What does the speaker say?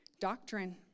doctrine